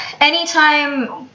anytime